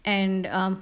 and um